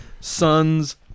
Sons